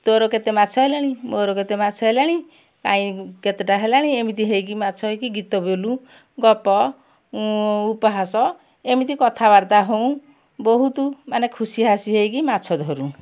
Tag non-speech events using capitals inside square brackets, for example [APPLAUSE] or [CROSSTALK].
ତୋର କେତେ ମାଛ ହେଲାଣି ମୋର କେତେ ମାଛ ହେଲାଣି [UNINTELLIGIBLE] କେତେଟା ହେଲାଣି ଏମିତି ହେଇକି ମାଛ ହେଇକି ଗୀତ ବୋଲୁ ଗପ ଉପହାସ ଏମିତି କଥାବାର୍ତ୍ତା ହେଉ ବହୁତ ମାନେ ଖୁସିବାସି ହେଇକି ମାଛ ଧରୁ